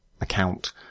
account